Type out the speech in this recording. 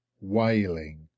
wailing